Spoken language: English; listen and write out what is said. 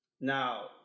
Now